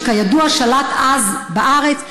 שכידוע שלט אז בארץ.